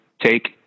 take